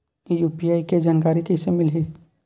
UPI के जानकारी कइसे मिलही?